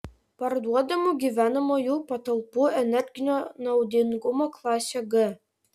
parduodamų gyvenamųjų patalpų energinio naudingumo klasė g